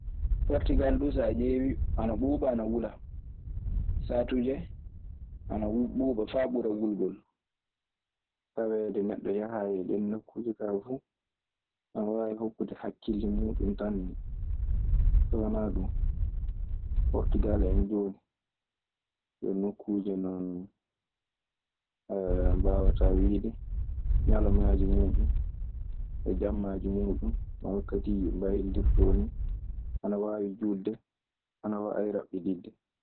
Portugal dun so a ɗiewi ana ɓuuba ana wula, satuje ana ɓuba fa ɓura wulgol. Taweede nokku yahaayi e ɗeen nokuuje kaa fuu, ana waawi hokkude hakkille muuɗun tan nii. So wonaa ɗun, Portigal en jooni yo nokkuuje non, mbaawataa wiide ñalawmaaji muuɗun, e jammaaji muuɗun, no wakkatiiji mbaylitirtoo nii, ana waawi juutde, ana waawi raɓɓiɗiɗde.